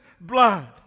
blood